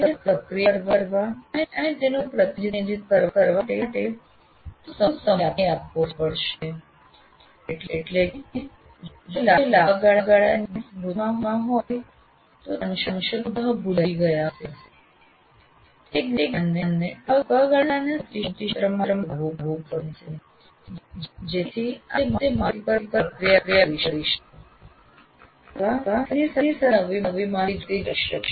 તેને સક્રિય કરવા અને તેનું પ્રતિનિધિત્વ કરવા માટે થોડો સમય આપવો પડશે એટલે કે જો તે લાંબા ગાળાની સ્મૃતિમાં હોય તો તે અંશતઃ ભૂલી ગયા હશે તે જ્ઞાનને ટૂંકા ગાળાના સ્મૃતિ ક્ષેત્રમાં લાવવું પડશે જેથી આપ તે માહિતી પર પ્રક્રિયા કરી શકો અથવા તેની સાથે નવી માહિતી જોડી શકો